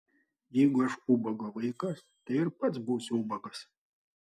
jeigu aš ubago vaikas tai ir pats būsiu ubagas